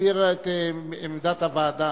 מסביר את עמדת הוועדה.